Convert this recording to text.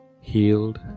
healed